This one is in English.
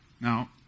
Now